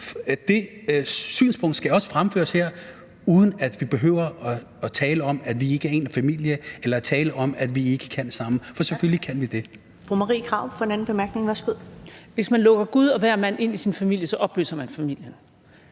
Det synspunkt skal også fremføres her, uden at vi behøver at tale om, at vi ikke er en familie, eller tale om, at vi ikke kan sammen, for selvfølgelig kan vi det. Kl. 14:18 Første næstformand (Karen Ellemann): Tak.